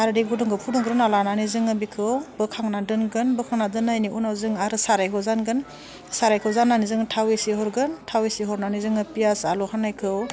आरो दै गुदुंखौ फुदुंग्रोना लानानै जोङो बेखौ बोखांनानै दोनगोन बोखांना दोननायनि उनाव जों आरो सारायखौ जानगोन सारायखौ जाननानै जोङो थाव एसे हरगोन थाव एसे हरनानै जोङो पियास आल' हानायखौ